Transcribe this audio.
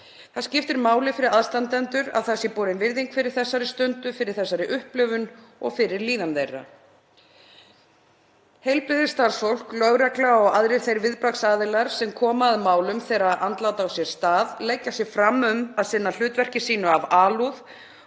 Það skiptir máli fyrir aðstandendur að það sé borin virðing fyrir þessari stundu, fyrir þessari upplifun og fyrir líðan þeirra. Heilbrigðisstarfsfólk, lögregla og aðrir þeir viðbragðsaðilar sem koma að málum þegar andlát á sér stað leggja sig fram um að sinna hlutverki sínu af alúð